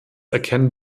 erkennen